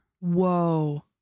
Whoa